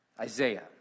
Isaiah